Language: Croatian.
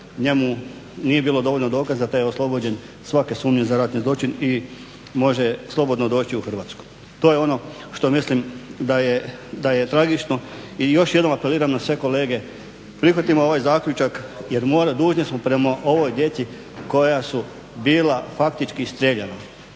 suđenju nije bilo dovoljno dokaza te je oslobođen svake sumnje za ratni zločin i može slobodno doći u Hrvatsku. To je ono što mislim da je tragično i još jednom apeliram na sve kolege, prihvatimo ovaj zaključak jer dužni smo prema ovoj djeci koja su bila faktički strijeljana.